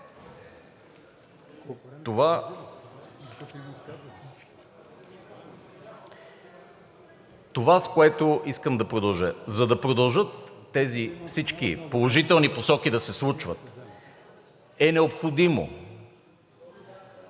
Това, с което искам да продължа. За да продължат всички тези положителни посоки да се случват, е необходимо